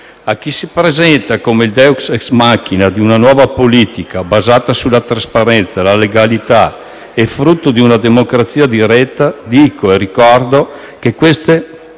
A chi si presenta come il *deus ex machina* di una nuova politica basata sulla trasparenza, la legalità e frutto di una democrazia diretta, dico e ricordo che queste